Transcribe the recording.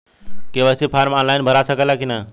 KYC form online भरा सकला की ना?